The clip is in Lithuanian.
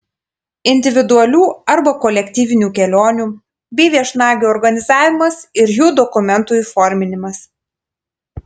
individualių arba kolektyvinių kelionių bei viešnagių organizavimas ir jų dokumentų įforminimas